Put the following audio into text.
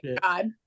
god